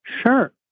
Sure